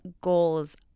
goals